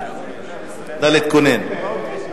נא להתכונן.